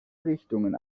richtungen